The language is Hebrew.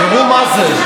תראו מה זה,